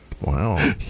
Wow